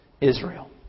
Israel